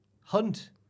hunt